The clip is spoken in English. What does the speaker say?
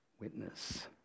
witness